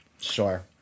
sure